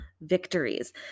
victories